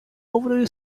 over